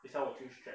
等下我就 stretch